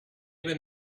were